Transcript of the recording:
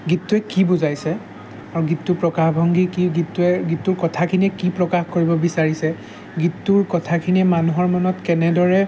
গীতটোৱে কি বুজাইছে আৰু গীতটোৰ প্ৰকাশভংগী কি গীতটোৱে গীতটোৰ কথাখিনিয়ে কি প্ৰকাশ কৰিব বিচাৰিছে গীতটোৰ কথাখিনিয়ে মানুহৰ মনত কেনেদৰে